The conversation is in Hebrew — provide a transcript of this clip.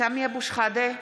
סמי אבו שחאדה,